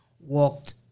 walked